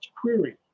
query